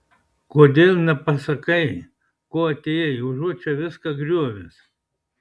kodėl nepasakai ko atėjai užuot čia viską griovęs